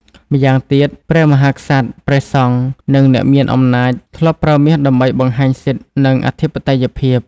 ម្យ៉ាងទៀត ព្រះមហាក្សត្រ ព្រះសង្ឃ និងអ្នកមានអំណាច ធ្លាប់ប្រើមាសដើម្បីបង្ហាញសិទ្ធិ និងអធិបតេយ្យភាព។